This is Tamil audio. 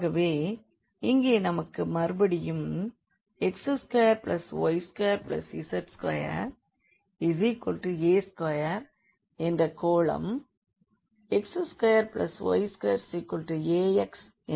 ஆகவே இங்கே நமக்கு மறுபடியும் x2y2z2a2 என்ற ஒரு கோளம் x2y2ax என்ற சிலிண்டரால் வெட்டப்படுகிறது